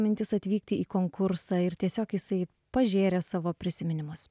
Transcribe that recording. mintys atvykti į konkursą ir tiesiog jisai pažėrė savo prisiminimus